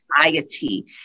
society